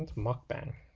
mukbang